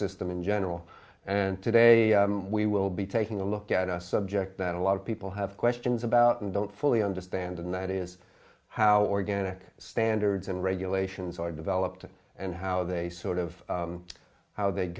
system in general and today we will be taking a look at a subject that a lot of people have questions about and don't fully understand and that is how organic standards and regulations are developed and how they sort of how they